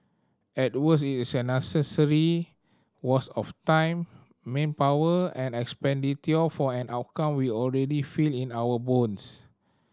at worst it's an unnecessary worst of time manpower and expenditure for an outcome we already feel in our bones